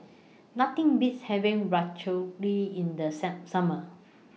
Nothing Beats having Ratatouille in The Some Summer